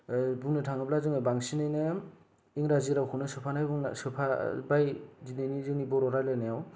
बुंनो थाङोब्ला जोङो बांसिनैनो इंराजी रावखौनो सोफानाय बुंनो सोफाबाय दिनैनि जोंनि बर' रायलायनायाव